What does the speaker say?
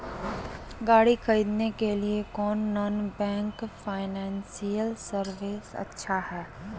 गाड़ी खरीदे के लिए कौन नॉन बैंकिंग फाइनेंशियल सर्विसेज अच्छा है?